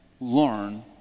learn